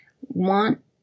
want